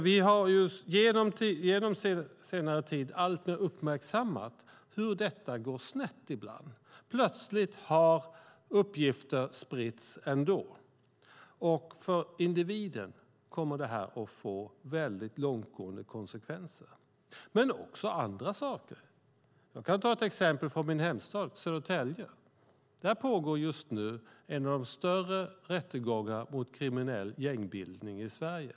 Vi har under senare tid alltmer uppmärksammat hur detta ibland går snett. Plötsligt har uppgifter spridits ändå. För individen kommer detta att få väldigt långtgående konsekvenser. Men detta gäller också andra saker. Jag kan ta ett exempel från min hemstad, Södertälje. Där pågår just nu en av de större rättegångarna mot kriminell gängbildning i Sverige.